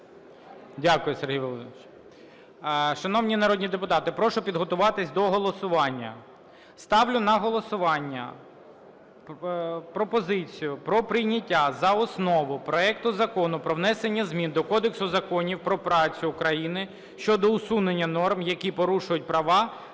Дякую, Сергій Володимирович. Шановні народні депутати, прошу підготуватися до голосування. Ставлю на голосування пропозицію про прийняття за основу проекту Закону про внесення змін до Кодексу Законів про працю України (щодо усунення норм, які порушують права